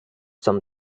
some